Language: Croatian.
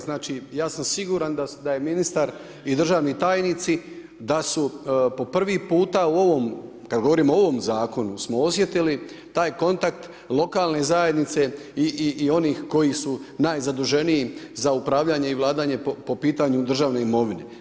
Znači ja sam siguran da je ministar i državni tajnici da su po prvi puta u ovom, kad govorim o ovom zakonu smo osjetili taj kontakt lokalne zajednice i onih koji su najzaduženiji za upravljanje i vladanje po pitanju državne imovine.